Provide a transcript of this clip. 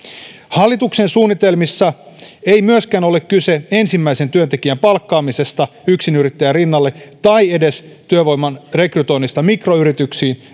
hallituksen suunnitelmissa ei myöskään ole kyse ensimmäisen työntekijän palkkaamisesta yksinyrittäjän rinnalle tai edes työvoiman rekrytoinnista mikroyrityksiin